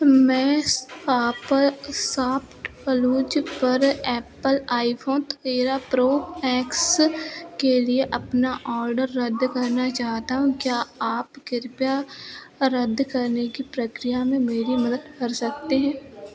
मैं सॉप शॉपक्लूज़ पर एप्पल आईफोन तेरह प्रो मैक्स के लिए अपना ऑर्डर रद्द करना चाहता हूँ क्या आप कृपया रद्द करने की प्रक्रिया में मेरी मदद कर सकते हैं